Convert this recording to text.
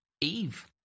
Eve